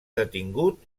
detingut